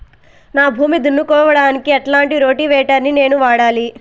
నా భూమి దున్నుకోవడానికి ఎట్లాంటి రోటివేటర్ ని నేను వాడాలి?